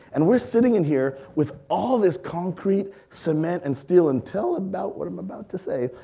and we're sitting in here with all this concrete, cement and steal, and tell about what i'm about to say,